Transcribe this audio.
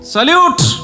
Salute